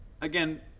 again